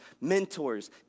mentors